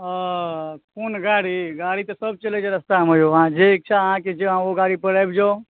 हँ कोन गाडी गाड़ी तऽ सब चलै छै रास्तामे यौ अहाँ जे इच्छा अहाँकेँ जे ओ गाड़ी पर आबि जाउ